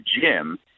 gym